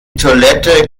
toilette